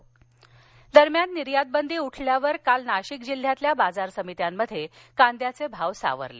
कांदा नाशिक दरम्यान निर्यात बंदी उठल्यावर काल नाशिक जिल्ह्यातल्या बाजार समित्यांमध्ये कांद्याचे भाव सावरले